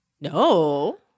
No